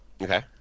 Okay